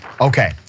Okay